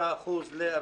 35% ל-40%,